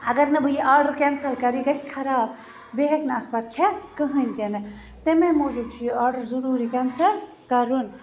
اَگر نہٕ بہٕ یہِ آڈَر کینسل کَرٕ یہِ گَژھِ خَراب بیٚیہِ ہیٚکنہٕ اتھ پَتہٕ کھیٚتھ کٕہٕنۍ تہِ نہٕ تمے موٗجوٗب چھُ یہِ آڈَر ضوٚروٗری کینسل کَرُن